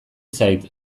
zait